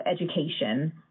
education